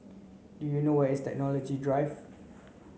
do you know where is Technology Drive